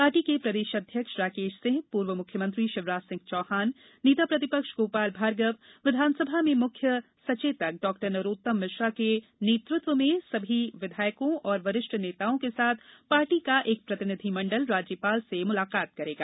party के प्रदेश अध्यक्ष राकेश सिंह पूर्व मुख्यमंत्री शिवराजसिंह चौहान नेता प्रतिपक्ष गोपाल भार्गव विधानसभा में मुख्य सचेतक डॉ नरोत्तम मिश्रा के नेतृत्व में समस्त विधायकों और वरिष्ठ नेताओं के साथ पार्टी का एक प्रतिनिधिमंडल राज्यपाल से मिलेगा